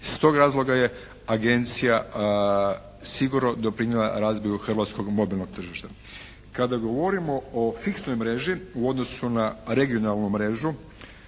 Iz tog razloga je agencija sigurno doprinjela razvoju hrvatskog mobilnog tržišta. Kada govorimo o fiksnoj mreži u odnosu na regionalnu mrežu